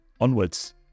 onwards